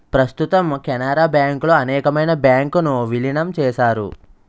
ప్రస్తుతం కెనరా బ్యాంకులో అనేకమైన బ్యాంకు ను విలీనం చేశారు